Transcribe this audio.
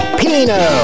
pino